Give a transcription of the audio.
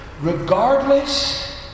Regardless